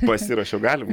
pasiruošiau galim